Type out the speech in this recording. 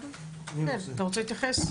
אתה רוצה להתייחס?